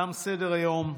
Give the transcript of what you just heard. תם סדר-היום.